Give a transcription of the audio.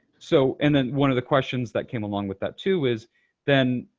so and then one of the questions that came along with that too is then,